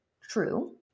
true